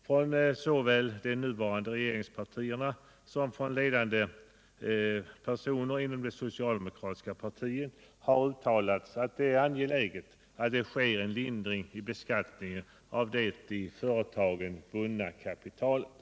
Såväl från de nuvarande regeringspartierna som från ledande personer inom det socialdemokratiska partiet har uttalats att det är angeläget att det sker en lindring av beskattningen av det i företaget bundna kapitalet.